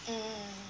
mm